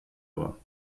aber